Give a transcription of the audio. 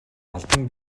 албан